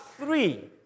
three